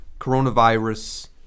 coronavirus